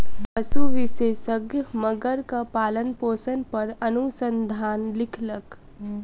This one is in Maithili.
पशु विशेषज्ञ मगरक पालनपोषण पर अनुसंधान लिखलक